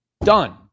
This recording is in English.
Done